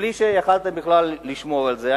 בלי שיכולתם בכלל לשמור על זה.